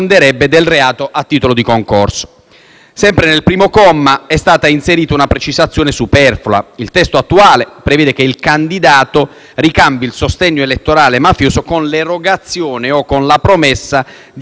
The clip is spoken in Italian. Sempre nel primo comma è stata inserita una precisazione superflua: il testo attuale prevede che il candidato ricambi il sostegno elettorale mafioso con l'erogazione o con la promessa di erogazione di denaro o di altra utilità.